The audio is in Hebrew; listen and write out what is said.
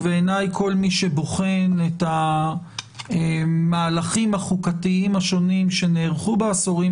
כל מי שבוחן את המהלכים החוקתיים השונים שנערכו בעשורים